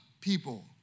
people